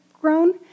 grown